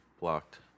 blocked